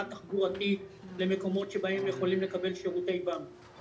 תחבורתית למקומות שבהם יכולים לקבל שירותי בנק.